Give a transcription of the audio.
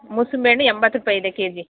ಮೂಸಂಬಿ ಹಣ್ಣು ಎಂಬತ್ತು ರೂಪಾಯಿ ಇದೆ ಕೆಜಿ